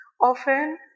often